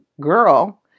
girl